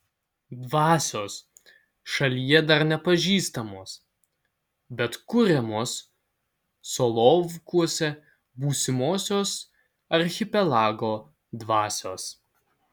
dvasios šalyje dar nepažįstamos bet kuriamos solovkuose būsimosios archipelago dvasios